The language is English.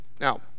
Now